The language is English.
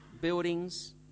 buildings